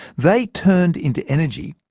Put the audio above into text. they turned into energy,